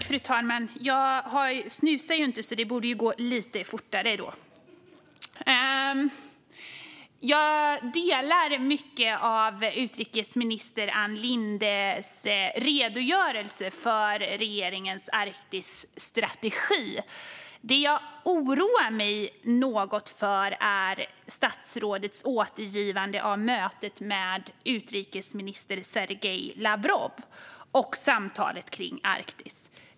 Fru talman! Jag delar mycket av det som sas i utrikesminister Ann Lindes redogörelse för regeringens Arktisstrategi. Det som jag oroar mig något för är statsrådets återgivande av mötet med utrikesminister Sergej Lavrov och samtalet kring Arktis.